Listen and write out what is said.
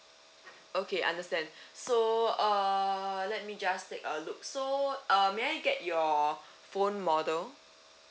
okay understand so uh let me just take a look so uh may I get your phone model